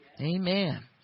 Amen